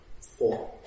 Four